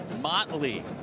Motley